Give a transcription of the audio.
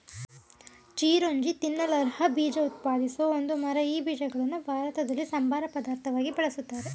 ಚಿರೋಂಜಿ ತಿನ್ನಲರ್ಹ ಬೀಜ ಉತ್ಪಾದಿಸೋ ಒಂದು ಮರ ಈ ಬೀಜಗಳನ್ನು ಭಾರತದಲ್ಲಿ ಸಂಬಾರ ಪದಾರ್ಥವಾಗಿ ಬಳುಸ್ತಾರೆ